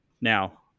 now